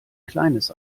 kleines